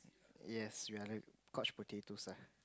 yes we are like coach potatoes lah